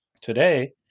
Today